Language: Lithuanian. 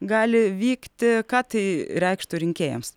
gali vykti ką tai reikštų rinkėjams